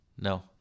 no